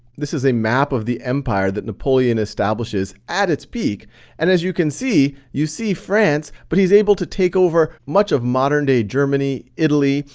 this is a map of the empire that napoleon establishes at its peak and as you can see, you see france, but he's able to take over much of modern-day germany, italy,